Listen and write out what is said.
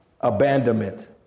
abandonment